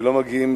ולא מגיעים